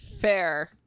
Fair